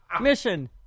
mission